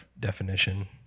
definition